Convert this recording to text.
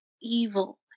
evil